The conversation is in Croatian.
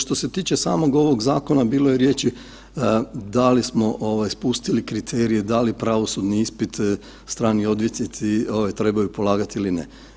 Što se tiče samog ovog zakona, bilo je riječi da li smo spustili kriterije, da li pravosudni ispit strani odvjetnici trebaju polagat ili ne.